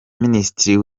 minisitiri